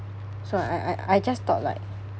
so I I I just thought like